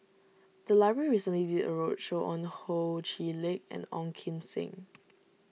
the library recently did a roadshow on Ho Chee Lick and Ong Kim Seng